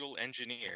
engineer